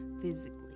physically